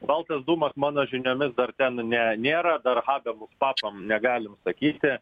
baltas dūmas mano žiniomis dar ten ne nėra dar habelus statom negalim sakyti